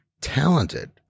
talented